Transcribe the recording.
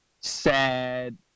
sad